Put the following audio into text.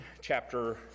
chapter